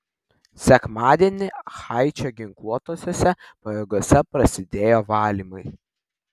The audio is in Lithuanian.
sekmadienį haičio ginkluotosiose pajėgose prasidėjo valymai